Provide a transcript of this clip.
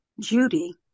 Judy